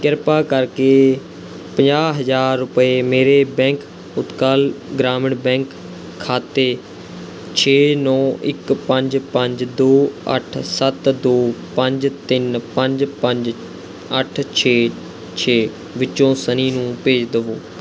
ਕ੍ਰਿਪਾ ਕਰਕੇ ਪੰਜਾਹ ਹਜ਼ਾਰ ਰੁਪਏ ਮੇਰੇ ਬੈਂਕ ਉਤਕਲ ਗ੍ਰਾਮੀਣ ਬੈਂਕ ਖਾਤੇ ਛੇ ਨੌਂ ਇੱਕ ਪੰਜ ਪੰਜ ਦੋ ਅੱਠ ਸੱਤ ਦੋ ਪੰਜ ਤਿੰਨ ਪੰਜ ਪੰਜ ਅੱਠ ਛੇ ਛੇ ਵਿੱਚੋਂ ਸਨੀ ਨੂੰ ਭੇਜ ਦੇਵੋ